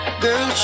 girl